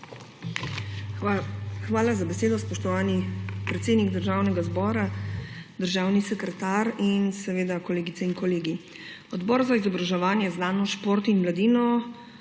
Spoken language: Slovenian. Hvala za besedo, spoštovani predsednik Državnega zbora. Državni sekretar in seveda kolegice in kolegi! Odbor za izobraževanje, znanost, šport in mladino